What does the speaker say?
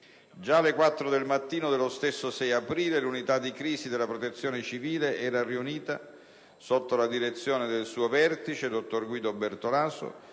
Già alle ore 4 del mattino dello stesso 6 aprile l'unità di crisi della Protezione civile era riunita sotto la direzione del suo vertice, dottor Guido Bertolaso,